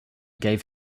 gave